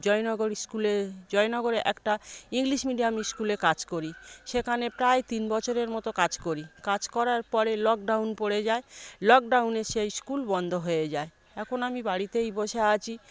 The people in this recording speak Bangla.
জয়নগর স্কুলে জয়নগরে একটা ইংলিশ মিডিয়াম স্কুলে কাজ করি সেখানে প্রায় তিন বছরের মত কাজ করি কাজ করার পরে লকডাউন পড়ে যায় লকডাউনে সে স্কুল বন্ধ হয়ে যায় এখন আমি বাড়িতেই বসে আছি